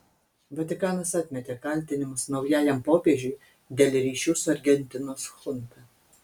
vatikanas atmetė kaltinimus naujajam popiežiui dėl ryšių su argentinos chunta